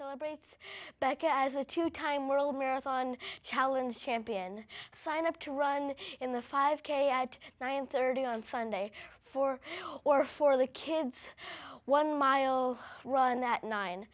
celebrates but as a two time world marathon challenge champion sign up to run in the five k at nine thirty on sunday for or for the kids one mile run that nine